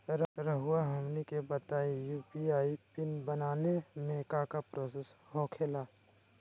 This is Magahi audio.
रहुआ हमनी के बताएं यू.पी.आई पिन बनाने में काका प्रोसेस हो खेला?